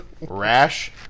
rash